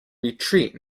retreat